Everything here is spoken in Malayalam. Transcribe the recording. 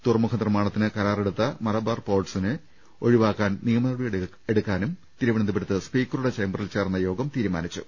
തുറമുഖ നിർമ്മാണത്തിന് കരാറെടുത്ത മലബാർ പോർട്ട്സിനെ ഒഴിവാക്കാൻ നിയമനടപടിയെടുക്കാനും തിരുവന ന്തപുരത്ത് സ്പീക്കറുടെ ചേംബറിൽ ചേർന്ന യോഗം തീരുമാനിച്ചു